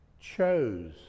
chose